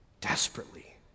desperately